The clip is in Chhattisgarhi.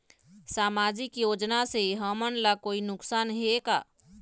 सामाजिक योजना से हमन ला कोई नुकसान हे का?